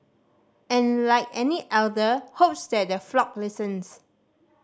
and like any elder hopes that the flock listens